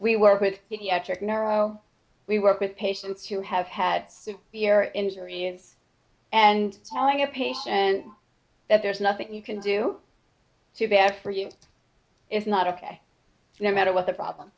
we work with the check narrow we work with patients who have had the ear injuries and telling a patient that there's nothing you can do too bad for you it's not ok no matter what the problem